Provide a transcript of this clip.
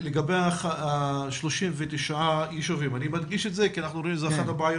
לגבי ה-39 ישובים אני מדגיש את זה כי אנחנו רואים שזו אחת הבעיות